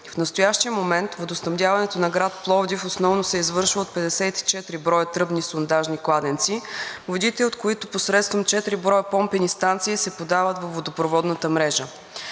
В настоящия момент водоснабдяването на град Пловдив основно се извършва от 54 броя тръбни сондажни кладенци, водите от които посредством четири броя помпени станции се подават във водопроводната мрежа.